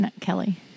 Kelly